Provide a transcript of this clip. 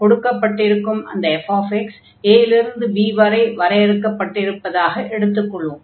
கொடுக்கப்பட்டிருக்கும் அந்த fx a இலிருந்து b வரை வரையறுக்கப்பட்டிருப்பதாக எடுத்துக் கொள்வோம்